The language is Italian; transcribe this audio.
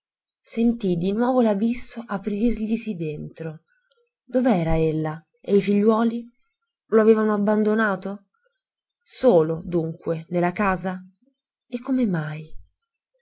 sentì di nuovo l'abisso aprirglisi dentro dov'era ella e i figliuoli lo avevano abbandonato solo dunque nella casa e come mai